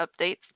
updates